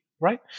right